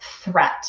threat